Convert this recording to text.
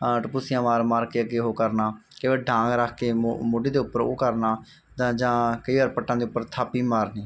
ਤਾਂ ਟਪੂਸੀਆਂ ਮਾਰ ਮਾਰ ਕੇ ਅੱਗੇ ਉਹ ਕਰਨਾ ਕਈ ਵਾਰ ਡਾਂਗ ਰੱਖ ਕੇ ਮੋਢੇ ਦੇ ਉੱਪਰ ਉਹ ਕਰਨਾ ਤਾਂ ਜਾਂ ਕਈ ਵਾਰ ਪੱਟਾਂ ਦੇ ਉੱਪਰ ਥਾਪੀ ਮਾਰਨੀ